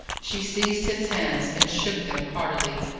she seized his hands, and shook them heartily.